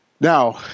Now